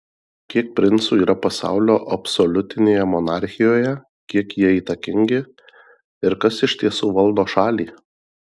kiek princų yra pasaulio absoliutinėje monarchijoje kiek jie įtakingi ir kas iš tiesų valdo šalį